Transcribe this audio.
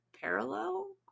parallel